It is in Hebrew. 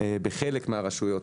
בחלק מן הרשויות,